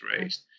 raised